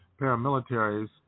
paramilitaries